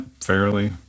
Fairly